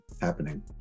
happening